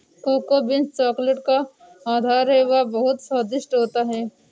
cocoa beans chocolate का आधार है वह बहुत स्वादिष्ट होता है